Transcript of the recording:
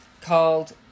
called